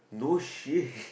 no shit